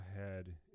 ahead